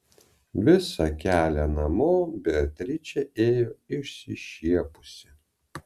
visą kelią namo beatričė ėjo išsišiepusi